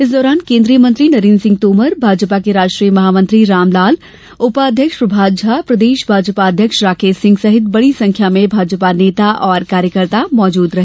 इस दौरान केन्द्रीय मंत्री नरेन्द्र सिंह तोमर भाजपा के राष्ट्रीय महामंत्री रामलाल उपाध्यक्ष प्रभात झा प्रदेश भाजपा अध्यक्ष राकेश सिंह सहित बड़ी संख्या में भाजपा नेता और कार्यकर्ता मौजूद रहे